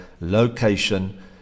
location